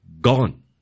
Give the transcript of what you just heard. gone